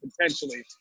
potentially